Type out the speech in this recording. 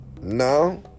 No